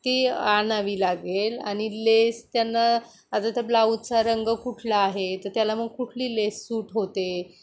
ती आणावी लागेल आणि लेस त्यांना आता तर ब्लाऊजचा रंग कुठला आहे तर त्याला मग कुठली लेस सूट होते